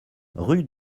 rue